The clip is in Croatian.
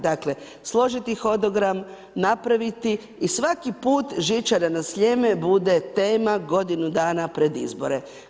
Dakle, složiti hodogram, napraviti i svaki put žičara na Sljeme bude godinu dana pred izbore.